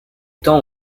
temps